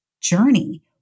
journey